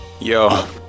Yo